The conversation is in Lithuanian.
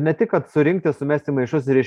ne tik kad surinkti sumest į maišus ir iš